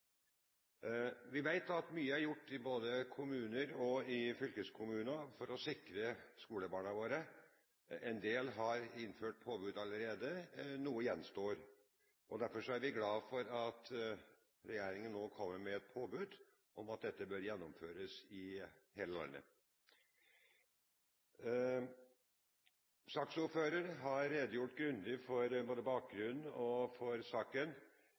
Vi vet at mye er gjort i både kommuner og fylkeskommuner for å sikre skolebarna våre. En del har innført påbud allerede, og noe gjenstår. Derfor er vi glad for at regjeringen nå kommer med et påbud om at dette bør gjennomføres i hele landet. Saksordføreren har redegjort grundig for både bakgrunnen og for saken.